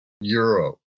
euro